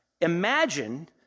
Imagine